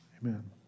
amen